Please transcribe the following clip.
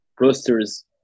roasters